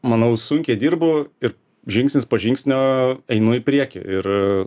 manau sunkiai dirbu ir žingsnis po žingsnio einu į priekį ir